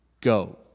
go